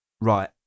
right